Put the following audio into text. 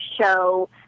show